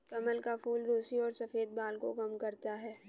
कमल का फूल रुसी और सफ़ेद बाल को कम करता है